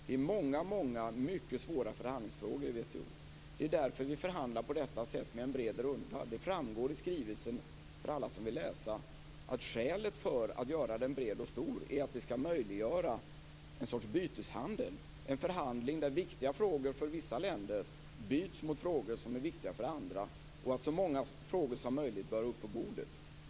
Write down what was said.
Det är många mycket svåra förhandlingsfrågor i WTO. Det är därför vi förhandlar på detta sätt: med en bred runda. Det framgår i skrivelsen, för alla som vill läsa, att skälet för att göra rundan bred och stor är att det skall möjliggöra en sorts byteshandel, en förhandling där viktiga frågor för vissa länder byts mot frågor som är viktiga för andra och där så många frågor som möjligt bör upp på bordet.